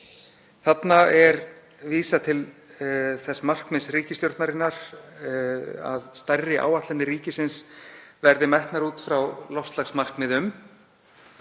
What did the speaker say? Þarna er vísað til þess markmiðs ríkisstjórnarinnar að stærri áætlanir ríkisins verði metnar út frá loftslagsmarkmiðum,